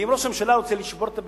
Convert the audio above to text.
ואם ראש הממשלה רוצה לשבור את הבידוד,